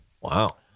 Wow